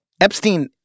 Epstein